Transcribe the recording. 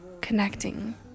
connecting